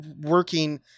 working –